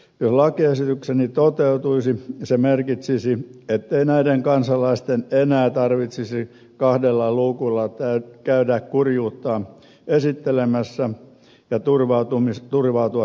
jos lakiesitykseni toteutuisi se merkitsisi ettei näiden kansalaisten enää tarvitsisi kahdella luukulla käydä kurjuuttaan esittelemässä ja turvautua toimeentulotukeen